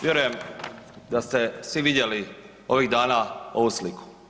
Vjerujem da ste svi vidjeli ovih dana ovu sliku.